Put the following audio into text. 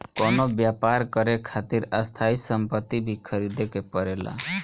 कवनो व्यापर करे खातिर स्थायी सम्पति भी ख़रीदे के पड़ेला